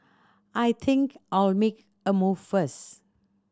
I think I'll make a move first